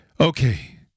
okay